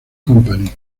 company